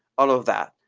all of that.